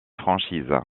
franchise